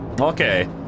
okay